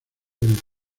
del